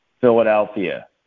Philadelphia